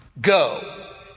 Go